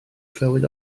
clywed